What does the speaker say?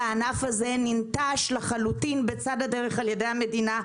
והענף הזה ננטש לחלוטין בצד הדרך על ידי המדינה.